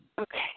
Okay